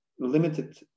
limited